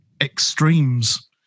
extremes